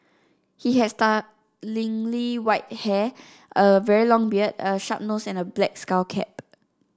he had startlingly white hair a very long beard a sharp nose and a black skull cap